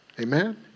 Amen